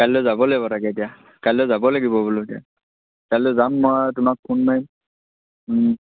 কাইলৈ যাব লাগিব তাকে এতিয়া কাইলৈ যাব লাগিব বোলো এতিয়া কাইলৈ যাম মই তোমাক ফোন মাৰিম